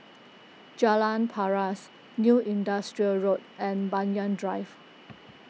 Jalan Paras New Industrial Road and Banyan Drive